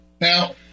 Now